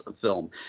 film